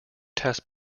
test